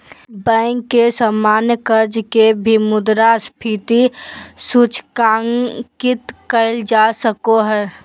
bank के सामान्य कर्ज के भी मुद्रास्फीति सूचकांकित कइल जा सको हइ